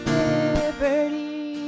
liberty